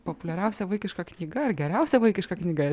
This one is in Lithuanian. populiariausia vaikiška knyga ar geriausia vaikiška knyga